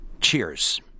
cheers